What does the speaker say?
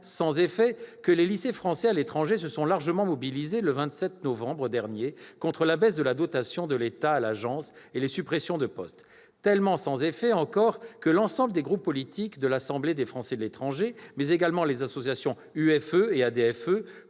sans effet » que les lycées français à l'étranger se sont largement mobilisés, le 27 novembre dernier, contre la baisse de la dotation de l'État à l'AEFE et les suppressions de postes. Elle est tellement « sans effet » que l'ensemble des groupes politiques de l'Assemblée des Français de l'étranger, ainsi que les associations UFE et ADFE,